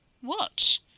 What